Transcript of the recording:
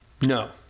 No